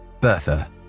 Bertha